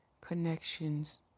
connections